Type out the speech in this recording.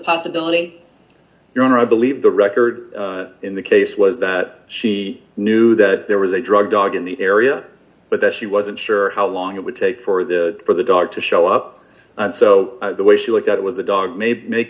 possibility your honor i believe the record in the case was that she knew that there was a drug dog in the area but that she wasn't sure how long it would take for the for the dog to show up so the way she looked at it was the dog made ma